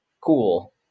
cool